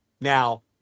now